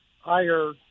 higher